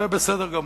אלה בסדר גמור.